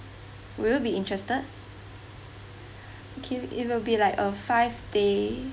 will you be interested okay it will be like a five day